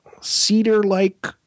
cedar-like